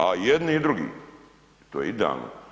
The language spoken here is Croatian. A jedni i drugi, to je idealno.